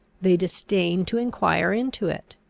they disdain to enquire into it.